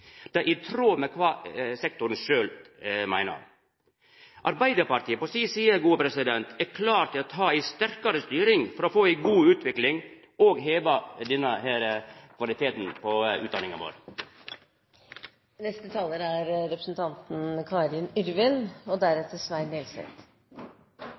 Det er i tråd med kva sektoren sjølv meiner. Arbeidarpartiet er på si side klar til å ta ei sterkare styring for å få ei god utvikling og heva kvaliteten på utdanninga vår. Forskning er